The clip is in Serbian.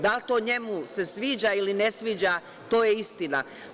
Da li se to njemu sviđa ili mu se ne sviđa, to je istina.